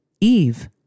Eve